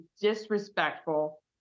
disrespectful